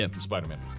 Spider-Man